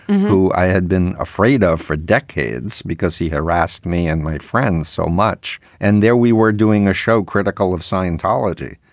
who i had been afraid of for decades because he harassed me and made friends so much. and there we were doing a show critical of scientology.